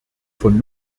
von